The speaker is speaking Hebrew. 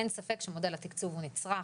אין ספק שמודל התקצוב הוא נצרך,